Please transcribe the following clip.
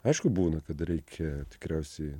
aišku būna kad reikia tikriausiai